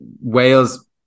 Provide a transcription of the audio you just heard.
Wales